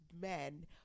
men